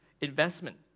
investment